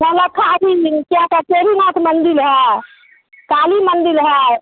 नौलखा क्या नाथ मंदिर है काली मंदिर है